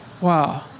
wow